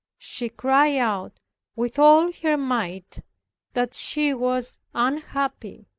she cried out with all her might that she was unhappy.